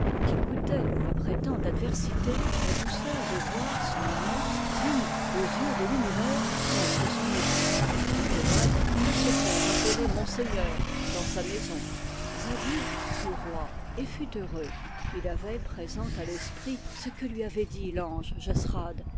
qui goûtait après tant d'adversités la douceur de voir son amant digne aux yeux de l'univers d'être son époux itobad alla se faire appeler monseigneur dans sa maison zadig fut roi et fut heureux il avait présent à l'esprit ce que lui avait dit l'ange